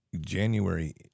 January